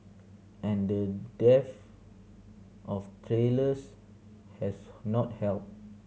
and the dearth of tailors has not helped